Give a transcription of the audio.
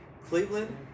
Cleveland